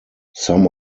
some